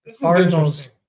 Cardinals